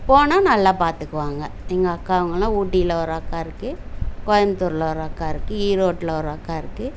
போனால் நல்லா பார்த்துக்குவாங்க எங்கள் அக்கா அவங்களாம் ஊட்டியில் ஒரு அக்கா இருக்குது கோயமுத்தூர்ல ஒரு அக்கா இருக்குது ஈரோட்டில் ஒரு அக்கா இருக்குது